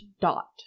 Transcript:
dot